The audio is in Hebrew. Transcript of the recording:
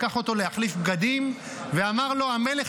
לקח אותו להחליף בגדים ואמר לו: המלך